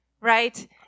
right